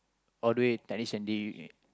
all the way technician they